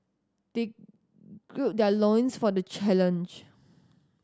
they gird their loins for the challenge